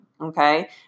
okay